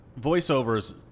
Voiceovers